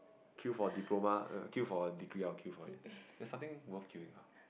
queue for diploma queue for a degree I will queue for it there is nothing worth queuing up